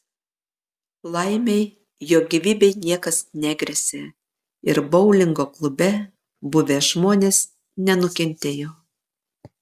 laimei jo gyvybei niekas negresia ir boulingo klube buvę žmonės nenukentėjo